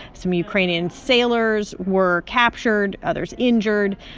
some ukrainian sailors were captured, others injured.